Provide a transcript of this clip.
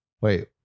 wait